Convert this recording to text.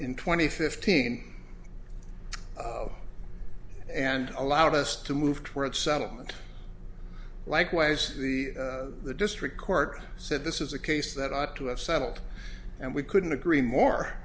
in twenty fifteen and allowed us to move toward settlement likewise the the district court said this is a case that ought to have settled and we couldn't agree more